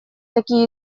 такие